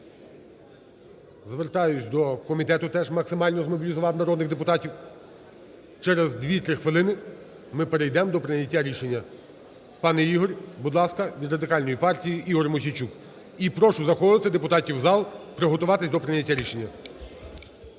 Звертаюся до комітету теж максимально змобілізувати народних депутатів. Через 2-3 хвилини ми перейдемо до прийняття рішення. Пане Ігор, будь ласка. Від Радикальної партії Ігор Мосійчук. І прошу заходити депутатів в зал, приготуватися до прийняття рішення.